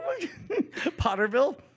Potterville